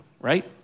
right